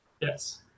Yes